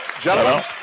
gentlemen